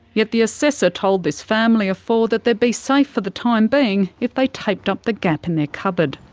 yet the assessor told this family of four that they'd be safe for the time being if they taped up the gap in their cupboard.